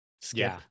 skip